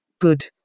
Good